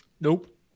Nope